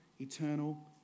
eternal